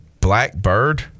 Blackbird